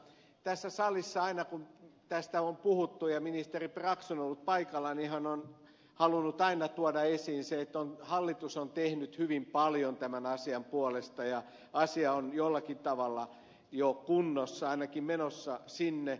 tässä salissa aina kun tästä on puhuttu ja ministeri brax on ollut paikalla hän on halunnut aina tuoda esiin sen että hallitus on tehnyt hyvin paljon tämän asian puolesta ja asia on jollakin tavalla jo kunnossa ainakin menossa siihen